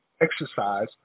exercise